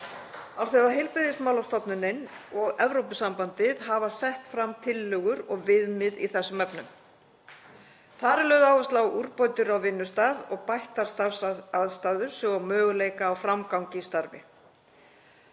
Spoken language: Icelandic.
Alþjóðaheilbrigðismálastofnunin og Evrópusambandið hafa sett fram tillögur og viðmið í þessum efnum. Þar er lögð áhersla á úrbætur á vinnustað og bættar starfsaðstæður svo og á möguleika á framgangi í starfi.